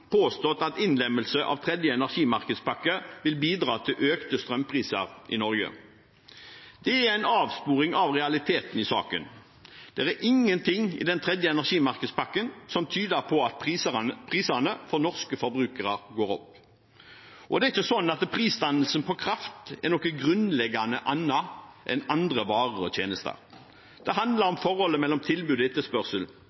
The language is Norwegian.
påstått at innlemmelse av tredje energimarkedspakke vil bidra til økte strømpriser i Norge. Det er en avsporing av realiteten i saken. Det er ingenting i den tredje energimarkedspakken som tyder på at prisene for norske forbrukere går opp. Prisdannelsen på kraft er ikke noe grunnleggende annet enn på andre varer og tjenester. Det handler